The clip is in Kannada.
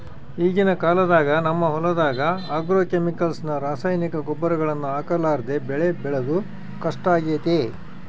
ಈಗಿನ ಕಾಲದಾಗ ನಮ್ಮ ಹೊಲದಗ ಆಗ್ರೋಕೆಮಿಕಲ್ಸ್ ನ ರಾಸಾಯನಿಕ ಗೊಬ್ಬರಗಳನ್ನ ಹಾಕರ್ಲಾದೆ ಬೆಳೆ ಬೆಳೆದು ಕಷ್ಟಾಗೆತೆ